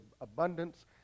abundance